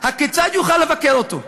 הכיצד יוכל לבקר אותו?